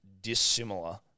dissimilar